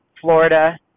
Florida